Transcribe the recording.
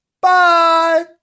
bye